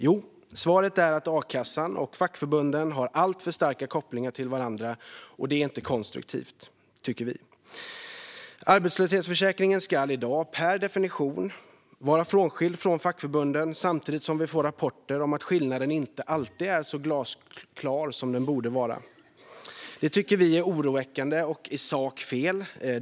Jo, svaret är att a-kassan och fackförbunden har alltför starka kopplingar till varandra, och det är inte konstruktivt, tycker vi. Arbetslöshetsförsäkringen ska i dag, per definition, vara skild från fackförbunden, samtidigt som vi får rapporter om att skillnaden inte alltid är så glasklar som den borde vara. Detta tycker vi är oroväckande och i sak fel.